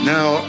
Now